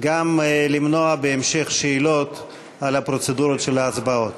גם למנוע בהמשך שאלות על הפרוצדורות של ההצבעות,